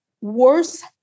worse